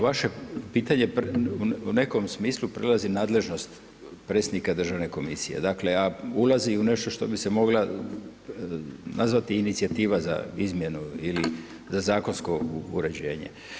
Vaše pitanje u nekom smislu prelazi nadležnost predsjednika državne komisije, dakle ulazi u nešto što bi se mogla nazvati inicijativa za izmjenu ili za zakonsko uređenje.